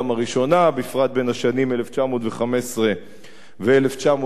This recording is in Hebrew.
בפרט בשנים 1915 1916,